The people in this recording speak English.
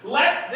let